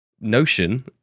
notion